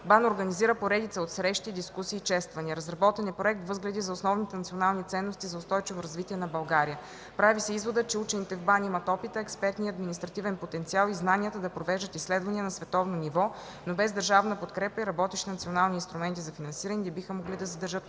БАН организира поредица от срещи, дискусии и чествания. Разработен е проект „Възгледи за основните национални ценности за устойчиво развитие на България”. Прави се изводът, че учените в БАН имат опита, експертния и административен потенциал и знанията да провеждат изследвания на световно ниво, но без държавна подкрепа и работещи национални инструменти за финансиране не биха могли да задържат устойчиво